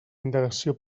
indagació